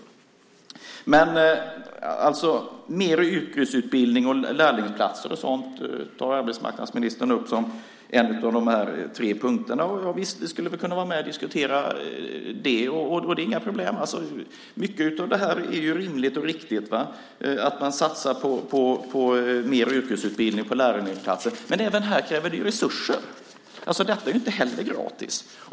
Arbetsmarknadsministern tar upp mer yrkesutbildning och lärlingsplatser som en av dessa tre punkter. Visst skulle vi kunna vara med och diskutera det. Det är inga problem. Det är rimligt och riktigt att man satsar mer på yrkesutbildning och lärlingsplatser. Men även detta kräver resurser. Det är inte heller gratis.